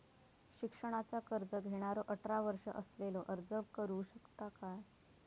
शिक्षणाचा कर्ज घेणारो अठरा वर्ष असलेलो अर्ज करू शकता काय?